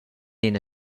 ina